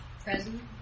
present